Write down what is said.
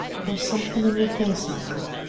there's something in your face, michael,